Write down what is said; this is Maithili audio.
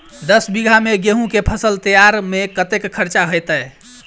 दस बीघा मे गेंहूँ केँ फसल तैयार मे कतेक खर्चा हेतइ?